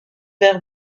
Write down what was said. vers